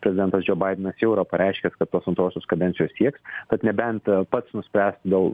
prezidentas džou baidenas jau yra pareiškęs kad tos antrosios kadencijos sieks kad nebent pats nuspręs dėl